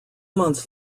months